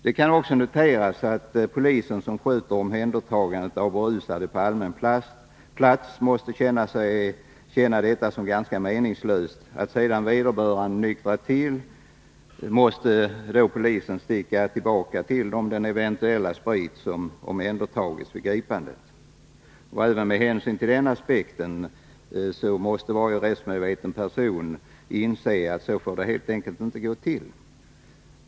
Det kan vidare noteras att polisen, som sköter omhändertagandet av berusade personer på allmän plats, måste uppleva det som meningslöst att återlämna den sprit som beslagtagits vid gripandet sedan vederbörande nyktrat till. Varje rättsmedveten person bör inse att det helt enkelt inte får gå till så.